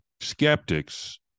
skeptics